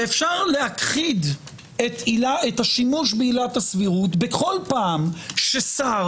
שאפשר להכחיד את השימוש בעילת הסבירות בכל פעם ששר